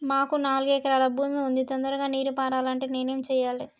మాకు నాలుగు ఎకరాల భూమి ఉంది, తొందరగా నీరు పారాలంటే నేను ఏం చెయ్యాలే?